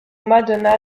madonna